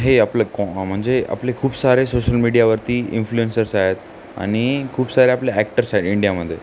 हे आपलं को म्हणजे आपले खूप सारे सोशल मीडियावरती इन्फ्लुएन्सर्स आहेत आणि खूप सारे आपले ॲक्टर्स आहेत इंडियामध्ये